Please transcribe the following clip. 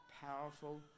powerful